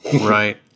Right